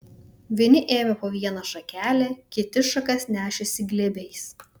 vieni ėmė po vieną šakelę kiti šakas nešėsi glėbiais